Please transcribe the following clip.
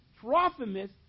Trophimus